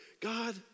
God